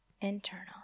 Internal